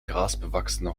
grasbewachsene